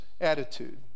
attitude